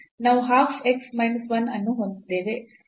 ನಾವು half x minus 1 ಅನ್ನು ಹೊಂದಿದ್ದೇವೆ